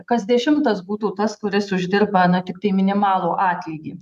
kas dešimtas būtų tas kuris uždirba na tiktai minimalų atlygį